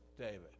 David